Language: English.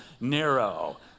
narrow